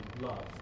love